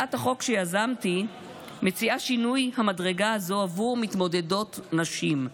הצעת החוק שיזמתי מציעה שינוי המדרגה הזו בעבור מתמודדות נשים.